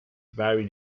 vary